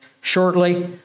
shortly